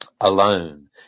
alone